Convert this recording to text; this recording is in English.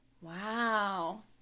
Wow